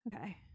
Okay